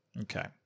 Okay